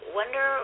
wonder